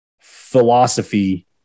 philosophy